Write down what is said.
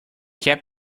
cap